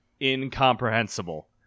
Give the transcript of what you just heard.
incomprehensible